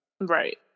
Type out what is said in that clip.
right